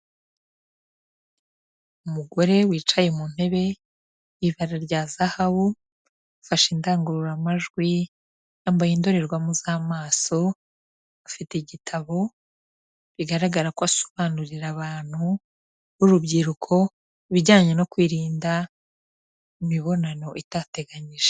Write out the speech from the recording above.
Umugore wicaye mu ntebe y'ibara rya zahabu, afashe indangururamajwi, yambaye indorerwamo z'amaso, afite igitabo, bigaragara ko asobanurira abantu b'urubyiruko ibijyanye no kwirinda imibonano itateganyijwe.